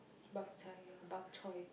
bak chai ya bak choy